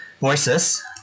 voices